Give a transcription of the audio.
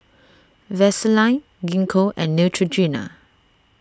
Vaselin Gingko and Neutrogena